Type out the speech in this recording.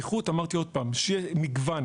איכות אמרתי שוב, שיהיה מגוון.